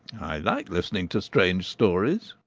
i like listening to strange stories.